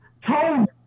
told